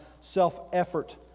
self-effort